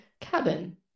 cabin